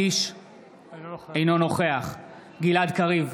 אינו נוכח גלעד קריב,